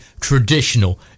traditional